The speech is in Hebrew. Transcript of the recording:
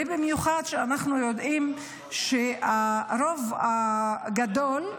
ובמיוחד כשאנחנו יודעים שהרוב הגדול,